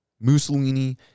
Mussolini